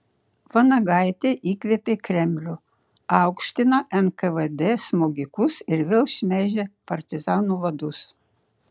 vanagaitė įkvėpė kremlių aukština nkvd smogikus ir vėl šmeižia partizanų vadus